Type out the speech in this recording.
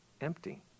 Empty